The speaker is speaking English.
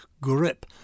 grip